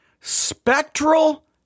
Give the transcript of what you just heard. Spectral